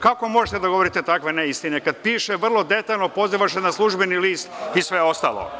Kako možete da govorite takve neistine, kad piše vrlo detaljno, poziva se na „Službeni list“ i sve ostalo?